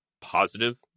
positive